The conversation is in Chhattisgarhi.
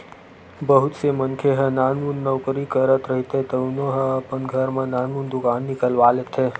बहुत से मनखे ह नानमुन नउकरी करत रहिथे तउनो ह अपन घर म नानमुन दुकान निकलवा लेथे